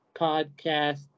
podcast